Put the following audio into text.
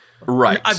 Right